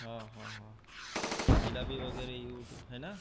हं हं हं जिलेबी वगैरे युव् टू आहे ना